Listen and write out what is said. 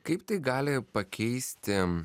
kaip tai gali pakeisti